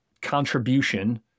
contribution